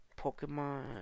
Pokemon